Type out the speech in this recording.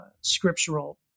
scriptural